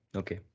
okay